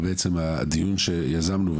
ובעצם הדיון שיזמנו,